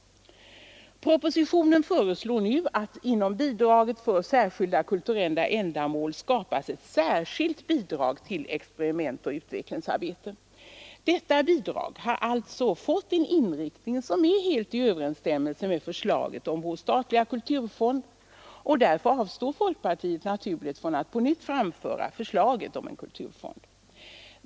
Propositionen föreslår nu att inom Bidrag för särskilda kulturella ändamål skapas ett särskilt bidrag till experiment och utvecklingsarbete. Detta bidrag har alltså fått en inriktning som är helt i överensstämmelse med förslaget om en statlig kulturfond, och därför avstår folkpartiet från att på nytt framföra förslaget om en kulturfond.